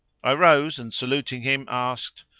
i rose and saluting him asked,